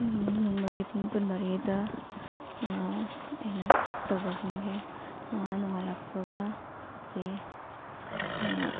ꯅꯣꯡꯃꯒꯤ ꯄꯨꯡ ꯀꯨꯟ ꯃꯔꯤꯗ ꯑꯩꯅ ꯇꯧꯕꯁꯤꯡꯁꯦ ꯅꯣꯉꯥꯜꯂꯛꯄꯒ ꯑꯩꯈꯣꯏꯒꯤ